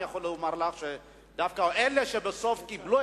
אני יכול לומר לך שדווקא אלה שבסוף קיבלו